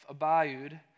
Abayud